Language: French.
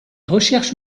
recherches